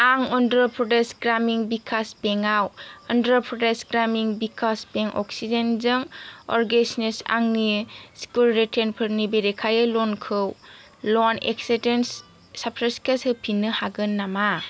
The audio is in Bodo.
आं अन्ध्र प्रदेश ग्रामिन विकास बेंक आव अक्सिजेनजों आंनि सिकिउरिटिफोरनि बेरेखायै ल'नखौ होफिननो हागोन नामा